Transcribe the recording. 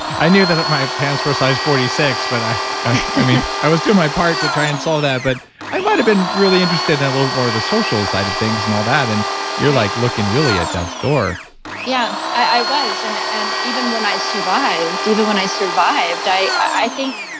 i knew that my pants were size forty six, but i i mean, i was doing my part to try and solve that, but i might've been really interested in a little more of the social side of things and all that and you're like looking really at death's door yeah, i was. and and even when i survived, even when i survived, i i think,